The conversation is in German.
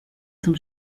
zum